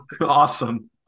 awesome